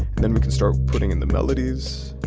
bthen we can start putting in the melodies.